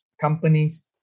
companies